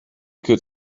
could